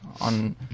on